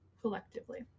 collectively